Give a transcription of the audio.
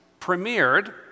premiered